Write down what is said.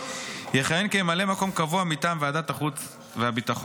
יכהן כממלא מקום קבוע מטעם ועדת החוץ והביטחון.